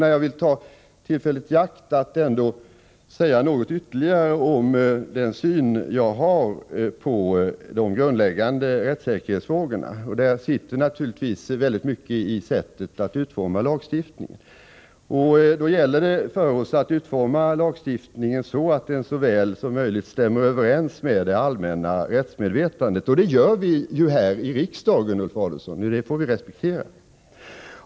Men jag vill ändå ta tillfället i akt att säga ytterligare något om den syn jag har på de grundläggande rättssäkerhetsfrågorna, och det rör sig då naturligtvis mycket om sättet att utforma lagstiftningen. Det gäller för oss att utforma lagstiftningen så att den så väl som möjligt stämmer överens med det allmänna rättsmedvetandet. Det lagstiftningsarbetet görs ju här i riksdagen, Ulf Adelsohn, och det får vi respektera.